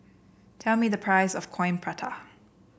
tell me the price of Coin Prata